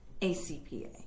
ACPA